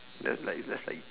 that's like just like